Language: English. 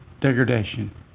degradation